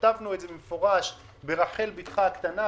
כתבנו את זה במפורש ברחל בתך הקטנה,